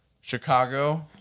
Chicago